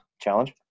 challenge